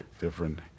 different